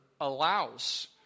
allows